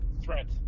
Threat